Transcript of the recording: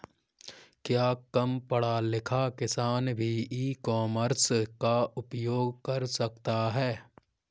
क्या कम पढ़ा लिखा किसान भी ई कॉमर्स का उपयोग कर सकता है?